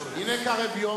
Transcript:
ממש כשם שמה שקורה כאן היום,